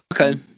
okay